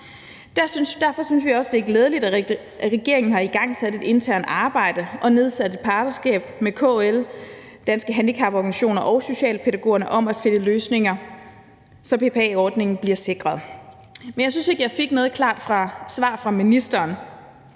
Derfor synes vi også, at det er glædeligt, at regeringen har igangsat et internt arbejde og nedsat et partnerskab med KL, Danske Handicaporganisationer og Socialpædagogerne om at finde løsninger, så BPA-ordningen bliver sikret. Men jeg synes ikke, at jeg fik noget klart svar fra ministeren